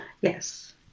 Yes